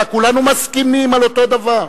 כולנו מסכימים על אותו דבר.